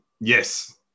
Yes